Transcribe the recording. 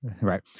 Right